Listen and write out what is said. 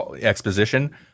exposition